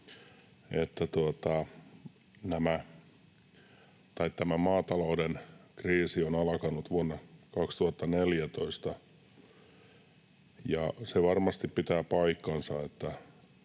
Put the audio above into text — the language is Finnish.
että tämä maatalouden kriisi on alkanut vuonna 2014. Se varmasti pitää paikkansa,